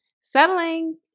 settling